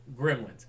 Gremlins